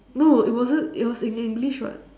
no it wasn't it was in english [what]